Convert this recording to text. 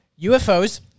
UFOs